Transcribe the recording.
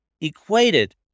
equated